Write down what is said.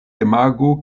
imago